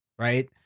right